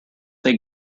they